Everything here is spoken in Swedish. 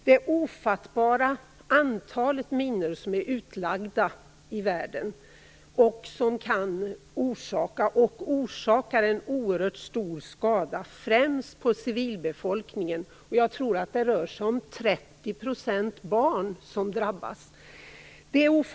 Ett ofattbart antal, en bra bit över 100 miljoner, minor är utlagda i världen och kan orsaka och orsakar en oerhört stor skada, främst på civilbefolkningen, varav, tror jag, 30 % är barn.